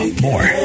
more